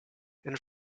and